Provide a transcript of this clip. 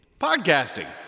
Podcasting